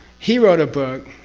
he wrote a book